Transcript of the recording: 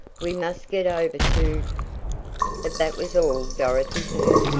we must get over to but that was all dorothy heard,